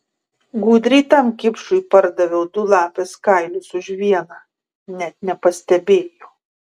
gudriai tam kipšui pardaviau du lapės kailius už vieną net nepastebėjo